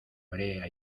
brea